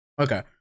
Okay